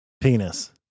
Penis